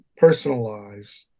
personalize